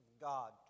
God